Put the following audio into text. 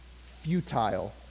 futile